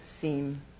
seam